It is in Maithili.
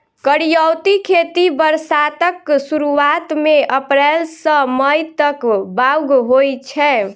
करियौती खेती बरसातक सुरुआत मे अप्रैल सँ मई तक बाउग होइ छै